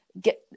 get